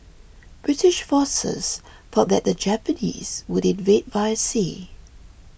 British forces thought that the Japanese would invade via sea